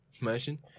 Imagine